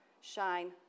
shine